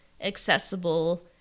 accessible